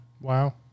Wow